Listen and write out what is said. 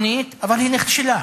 אבל היא נכשלה.